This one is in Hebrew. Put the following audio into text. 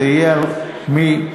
זה יהיה על מי?